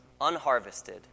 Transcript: unharvested